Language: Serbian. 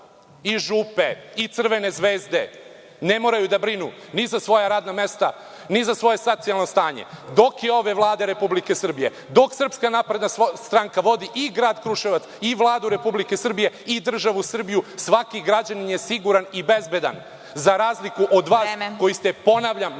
i „Župe“ i „Crvene Zvezde“ ne moraju da brinu ni za svoja radna mesta, ni za svoje socijalno stanje. Dok je ove Vlade Republike Srbije, dok SNS vodi i Grad Kruševac i Vladu Republike Srbije i državu Srbiju svaki građanin je siguran i bezbedan, za razliku od vas, koji ste, ponavljam,